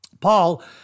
Paul